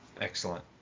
Excellent